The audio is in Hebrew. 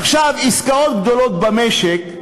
עסקאות גדולות במשק,